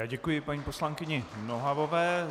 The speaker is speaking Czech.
Děkuji paní poslankyni Nohavové.